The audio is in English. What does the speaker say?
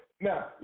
Now